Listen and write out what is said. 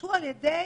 הוגשו על ידי